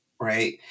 right